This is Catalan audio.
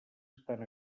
estan